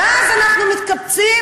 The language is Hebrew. ואז אנחנו מתקבצים,